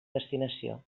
destinació